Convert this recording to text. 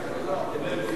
כולל כיבוד?